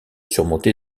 surmonté